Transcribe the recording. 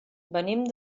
venim